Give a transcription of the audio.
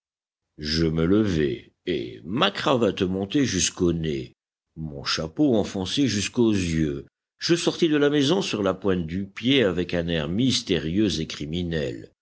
je me levai et ma cravate montée jusqu'au nez mon chapeau enfoncé jusqu'aux yeux je sortis de la maison sur la pointe du pied avec un air mystérieux et criminel